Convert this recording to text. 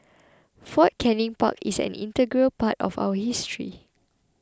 Fort Canning Park is an integral part of our history